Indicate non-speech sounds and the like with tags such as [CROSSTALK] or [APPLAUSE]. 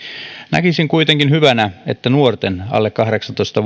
näkisin kuitenkin hyvänä että nuorten alle kahdeksantoista [UNINTELLIGIBLE]